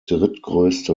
drittgrößte